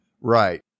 Right